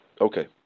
okay